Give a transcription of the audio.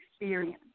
experience